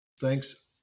Thanks